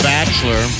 Bachelor